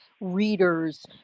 readers